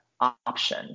option